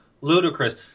ludicrous